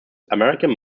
american